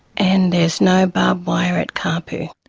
and there's no barbed wire at caaapu.